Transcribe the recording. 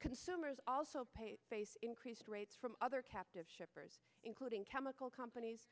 consumers also pay face increased rates from other captive shippers including chemical companies